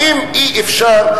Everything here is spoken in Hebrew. האם אי-אפשר,